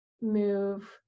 move